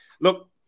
Look